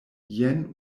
jen